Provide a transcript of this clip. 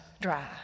dry